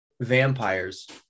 vampires